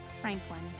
Franklin